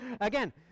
Again